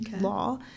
law